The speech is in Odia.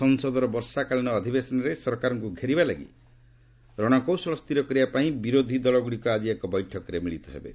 ସଂସଦର ବର୍ଷାକାଳୀନ ଅଧିବେଶନରେ ସରକାରଙ୍କୁ ଘେରିବା ଲାଗି କୌଶଳ ସ୍ଥିର କରିବା ପାଇଁ ବିରୋଧି ଦଳଗୁଡ଼ିକ ଆଜି ଏକ ବୈଠକରେ ମିଳିତ ହେବେ